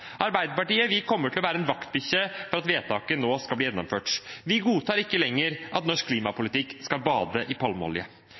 Arbeiderpartiet kommer til å være en vaktbikkje for at vedtaket nå skal bli gjennomført. Vi godtar ikke lenger at norsk